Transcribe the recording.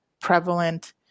prevalent